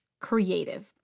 creative